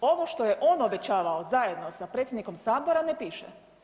Ovo što je on obećavao zajedno sa predsjednikom Sabora ne piše.